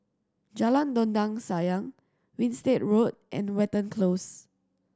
Jalan Dondang Sayang Winstedt Road and Watten Close